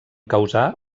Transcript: causar